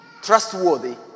trustworthy